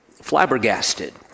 flabbergasted